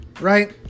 right